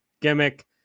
gimmick